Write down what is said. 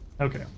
Okay